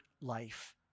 life